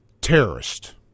terrorist